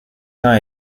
tant